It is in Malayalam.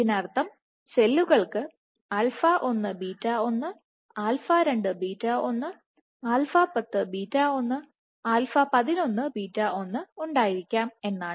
ഇതിനർത്ഥം സെല്ലുകൾക്ക് α1 β1 α2 β1 α10β1 α11β1 ഉണ്ടായിരിക്കാം എന്നാണ്